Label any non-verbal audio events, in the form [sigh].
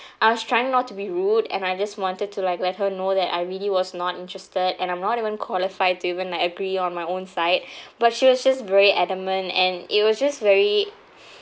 [breath] I was trying not to be rude and I just wanted to like let her know that I really was not interested and I'm not even qualified to even like agree on my own side [breath] but she was just very adamant and it was just very